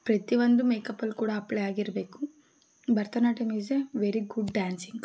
ಪ್ರತಿಯೊಂದು ಮೇಕಪ್ಪಲ್ಲಿ ಕೂಡ ಅಪ್ಲೈ ಆಗಿರಬೇಕು Bharatanatyam is a very good dancing